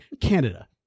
Canada